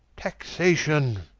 taxation?